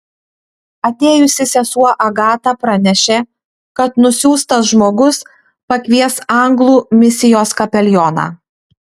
atėjusi sesuo agata pranešė kad nusiųstas žmogus pakvies anglų misijos kapelioną